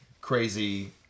crazy